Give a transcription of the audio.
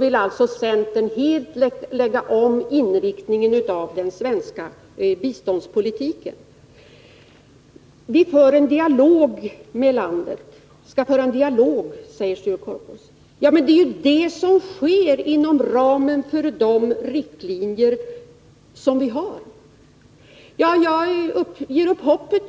vill alltså centern helt lägga om inriktningen av den svenska biståndspolitiken. Vi skall föra en dialog med mottagarlandet, säger Sture Korpås. Men det är ju det som sker inom ramen för de riktlinjer som vi har. Jag ger upp hoppet.